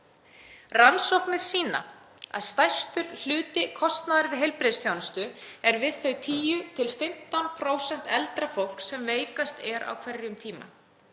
Rannsóknir sýna að stærsti hluti kostnaðar við heilbrigðisþjónustu er vegna þeirra 10–15% eldra fólks sem veikast er á hverjum tíma,